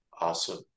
Awesome